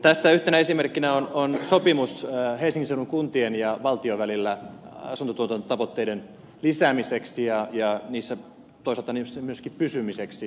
tästä yhtenä esimerkkinä on sopimus helsingin seudun kuntien ja valtion välillä asuntotuotantotavoitteiden lisäämiseksi ja toisaalta myös niissä pysymiseksi